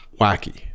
wacky